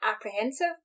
apprehensive